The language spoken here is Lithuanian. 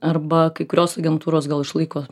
arba kai kurios agentūros gal išlaiko